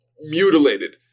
mutilated